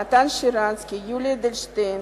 נתן שרנסקי ויולי אדלשטיין,